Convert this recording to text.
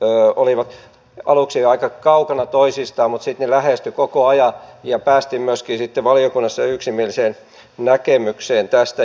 asiantuntijoiden näkemykset olivat aluksi aika kaukana toisistaan mutta sitten ne lähestyivät koko ajan ja päästiin myöskin sitten valiokunnassa yksimieliseen näkemykseen tästä